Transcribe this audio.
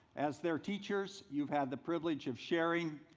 as their teachers you've had the privilege of sharing,